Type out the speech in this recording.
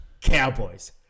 Cowboys